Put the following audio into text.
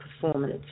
performance